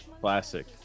classic